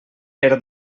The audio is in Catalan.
per